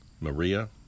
Maria